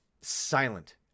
silent